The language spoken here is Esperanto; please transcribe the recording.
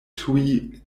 tuj